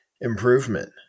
improvement